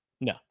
No